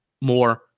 more